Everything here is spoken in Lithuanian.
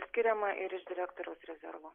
skiriama ir iš direktoriaus rezervo